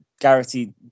Garrity